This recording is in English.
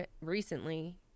recently